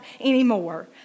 anymore